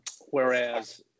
Whereas